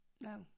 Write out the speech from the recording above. No